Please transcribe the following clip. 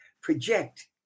project